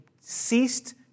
ceased